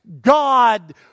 God